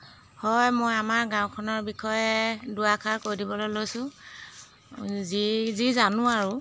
হয় মই আমাৰ গাঁওখনৰ বিষয়ে দুআষাৰ কৈ দিবলে লৈছোঁ যি যি জানো আৰু